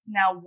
now